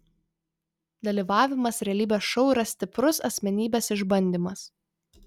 dalyvavimas realybės šou yra stiprus asmenybės išbandymas